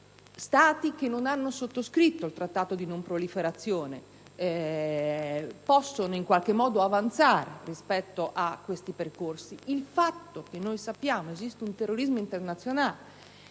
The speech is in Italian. Stati che non hanno sottoscritto il Trattato di non proliferazione possono in qualche modo avanzare rispetto a questi percorsi e il fatto che noi sappiamo che esiste un terrorismo internazionale